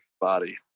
body